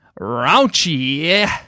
raunchy